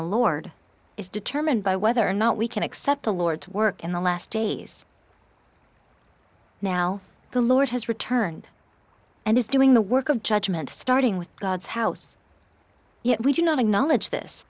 the lord is determined by whether or not we can accept the lord's work in the last days now the lord has returned and is doing the work of judgement starting with god's house yet we do not acknowledge this